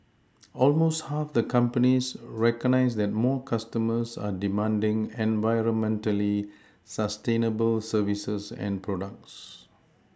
almost half the companies recognise that more customers are demanding environmentally sustainable services and products